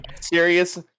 serious